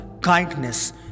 kindness